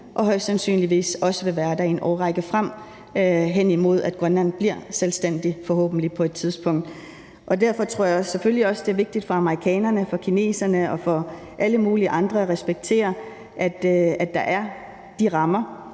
som højst sandsynlig også vil være der en årrække frem hen imod, at Grønland forhåbentlig på et tidspunkt bliver selvstændigt. Og derfor tror jeg selvfølgelig også, det er vigtigt for amerikanerne, for kineserne og for alle mulige andre at respektere, at der er de rammer,